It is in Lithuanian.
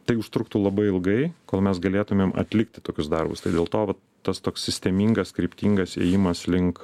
tai užtruktų labai ilgai kol mes galėtumėm atlikti tokius darbus tai dėl to vat tas toks sistemingas kryptingas ėjimas link